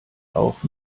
auch